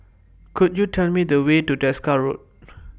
Could YOU Tell Me The Way to Desker Road